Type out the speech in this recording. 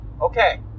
Okay